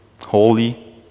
holy